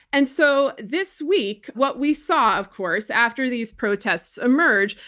and so, this week, what we saw, of course, after these protests emerged,